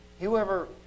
Whoever